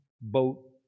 boat